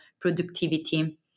productivity